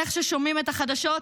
איך ששומעים את החדשות,